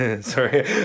sorry